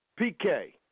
PK